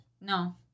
No